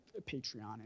Patreon